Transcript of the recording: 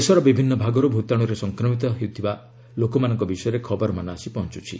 ଦେଶର ବିଭିନ୍ନ ଭାଗରୁ ଭୂତାଣୁରେ ସଂକ୍ରମିତ ହେଉଥିବା ଲୋକମାନଙ୍କ ବିଷୟରେ ଖବରମାନ ଆସି ପହଞ୍ଚୁଛି